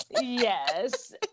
Yes